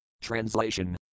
Translation